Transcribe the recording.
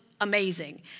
amazing